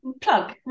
plug